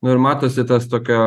na ir matosi tas tokia